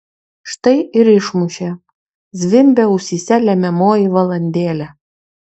štai ir išmušė zvimbia ausyse lemiamoji valandėlė